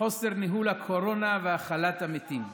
בחוסר ניהול הקורונה והכלת המתים.